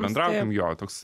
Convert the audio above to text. bendraukim jo toks